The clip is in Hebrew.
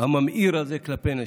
הממאיר הזה כלפי נשים,